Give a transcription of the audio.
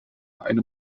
eine